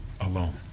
alone